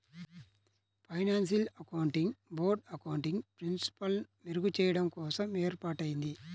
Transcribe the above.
financial accounting board accounting ప్రిన్సిపల్స్ని మెరుగుచెయ్యడం కోసం ఏర్పాటయ్యింది